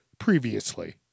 previously